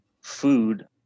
food